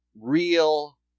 real